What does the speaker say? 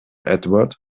edward